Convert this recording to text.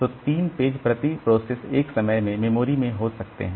तो 3 पेज प्रति प्रोसेस एक समय में मेमोरी में हो सकते हैं